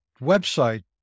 website